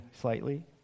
slightly